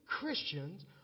Christians